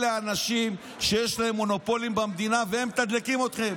אלה אנשים שיש להם מונופולים במדינה והם מתדלקים אתכם.